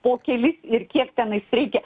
po kelis ir kiek tenais reikia